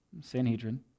Sanhedrin